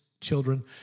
children